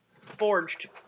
forged